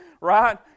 right